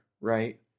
right